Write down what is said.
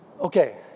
Okay